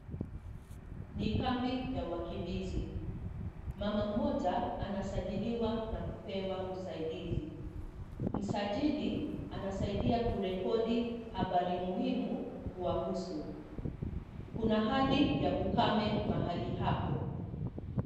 Ni kambi ya wakimbizi. Mama mmoja anasajiliwa na kupewa usaidizi. Msajili anasaidia kurekodi habari muhimu kuwa husu. Kuna hali ya ukame mahali hapo.